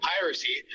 piracy